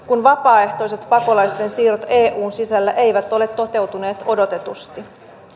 kun vapaaehtoiset pakolaisten siirrot eun sisällä eivät ole toteutuneet odotetusti